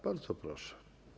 Bardzo proszę.